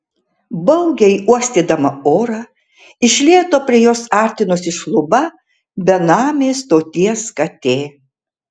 baugiai uostydama orą iš lėto prie jos artinosi šluba benamė stoties katė